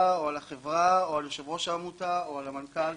או על החברה או על יושב-ראש העמותה או על המנכ"ל.